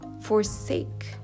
forsake